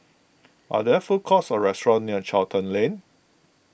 are there food courts or restaurants near Charlton Lane